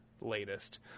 Latest